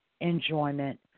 enjoyment